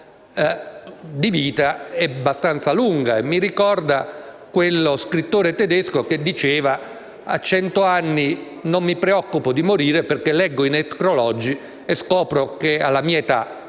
di vita è abbastanza lunga e ciò mi ricorda quello scrittore tedesco che diceva che a cento anni non si preoccupava di morire perché leggeva i necrologi e scopriva che alla sua età